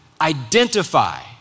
identify